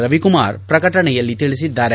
ರವಿಕುಮಾರ್ ಪ್ರಕಟಣೆಯಲ್ಲಿ ತಿಳಿಸಿದ್ದಾರೆ